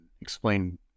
explain